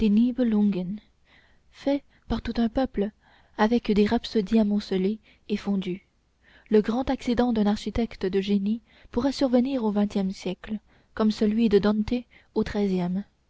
faits par tout un peuple avec des rapsodies amoncelées et fondues le grand accident d'un architecte de génie pourra survenir au vingtième siècle comme celui de dante au treizième